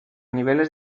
niveles